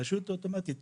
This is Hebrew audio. פשוט אוטומטית.